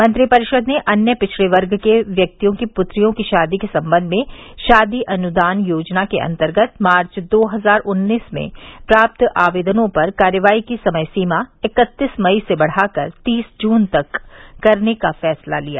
मंत्रिपरिषद ने अन्य पिछड़े वर्ग के व्यक्तियों की पुत्रियों की शादी के संबंध में शादी अनुदान योजना के अन्तर्गत मार्च दो हजार उन्नीस में प्राप्त आवेदनों पर कार्यवाही की समय सीमा इकतीस मई से बढ़ाकर तीस जून तक करने का फैसला लिया